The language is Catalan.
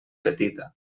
petita